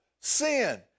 sin